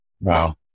Wow